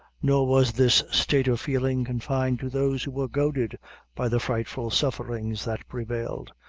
nor was this state of feeling confined to those who were goaded by the frightful sufferings that prevailed.